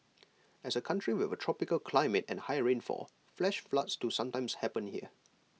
as A country with A tropical climate and high rainfall flash floods do sometimes happen here